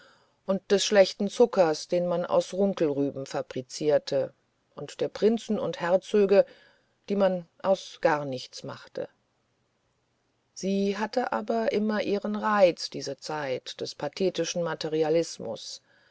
und des schlechten zuckers den man aus runkelrüben fabrizierte und der prinzen und herzöge die man aus gar nichts machte sie hatte aber immer ihren reiz diese zeit des pathetischen materialismus